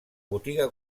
botiga